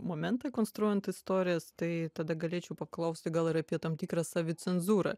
momentą konstruojant istorijas tai tada galėčiau paklausti gal ir apie tam tikrą savicenzūrą